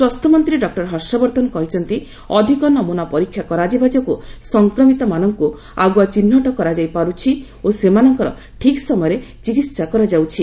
ସ୍ୱାସ୍ଥ୍ୟମନ୍ତ୍ରୀ ଡକ୍ଟର ହର୍ଷବର୍ଦ୍ଧନ କହିଛନ୍ତି ଅଧିକ ନମୂନା ପରୀକ୍ଷା କରାଯିବା ଯୋଗୁଁ ସଂକ୍ରମିତମାନଙ୍କୁ ଆଗୁଆ ଚିହ୍ନଟ କରାଯାଇପାରୁଛି ଓ ସେମାନଙ୍କର ଠିକ୍ ସମୟରେ ଚିକିତ୍ସା କରାଯାଉଛି